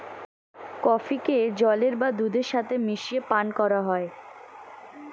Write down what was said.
কফিকে জলের বা দুধের সাথে মিশিয়ে পান করা হয়